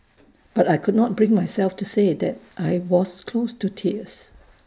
but I could not bring myself to say that I was close to tears